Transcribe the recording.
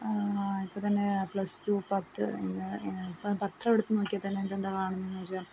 ഇപ്പം തന്നെ plus two പത്ത് ഇങ്ങനെ ഇപ്പം പത്രം എടുത്ത് നോക്കിയാൽ തന്നെ അതിനകത്ത് എന്താണ് കാണുന്നതെന്ന് ചോദിച്ചാൽ